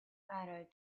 pharaoh